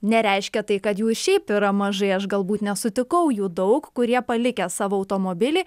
nereiškia tai kad jų šiaip yra mažai aš galbūt nesutikau jų daug kurie palikę savo automobilį